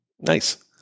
Nice